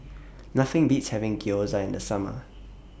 Nothing Beats having Gyoza in The Summer